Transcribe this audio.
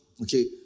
Okay